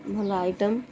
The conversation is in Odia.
ଭଲ ଆଇଟମ୍